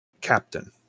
Captain